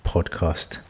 Podcast